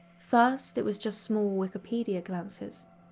first, it was just small wikipedia glances,